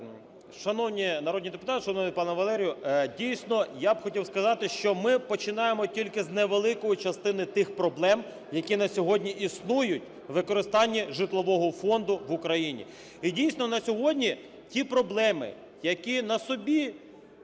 Шановні народні депутати, шановний пане Валерію, дійсно, я б хотів сказати, що ми починаємо тільки з невеликої частини тих проблем, які на сьогодні існують у використанні житлового фонду в Україні. І, дійсно, на сьогодні ті проблеми, які на собі